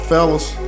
Fellas